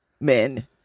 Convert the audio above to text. men